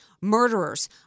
murderers